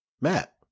Matt